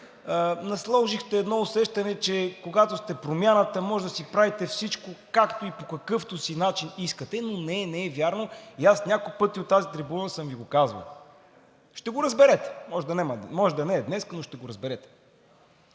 насложихте едно усещане, че когато сте Промяната, може да си правите всичко както и по какъвто си начин искате, но не, не е вярно и аз няколко пъти от тази трибуна съм Ви го казвал. Ще го разберете. Може да не е днес, но ще го разберете.